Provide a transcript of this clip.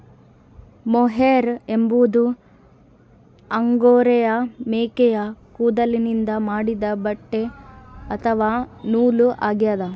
mohair ಎಂಬುದು angora ಮೇಕೆಯ ಕೂದಲಿನಿಂದ ಮಾಡಿದ ಬಟ್ಟೆ ಅಥವಾ ನೂಲು ಆಗ್ಯದ